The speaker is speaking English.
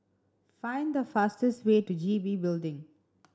find the fastest way to G B Building